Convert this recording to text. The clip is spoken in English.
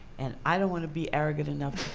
and i don't want to be arrogant enough